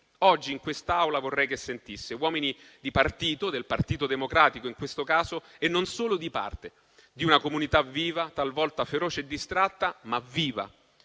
oggi, in quest'Aula, vorrei che sentisse. Uomini di partito, del Partito Democratico in questo caso, e non solo di parte, di una comunità viva, talvolta feroce e distratta, ma viva.